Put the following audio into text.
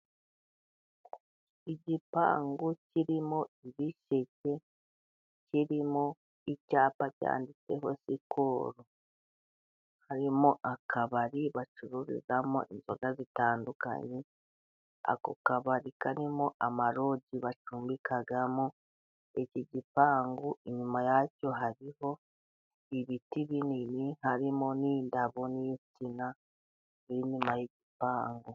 Igipangu kirimo ibishike kirimo icyapa cyanditseho sikoro, harimo akabari bacururizamo inzoga zitandukanye. Ako kabari karimo amarodi bacumbikamo iki gipangu inyuma yacyo hariho ibiti binini harimo n'indabo n'insina biri inyuma y'ipangu.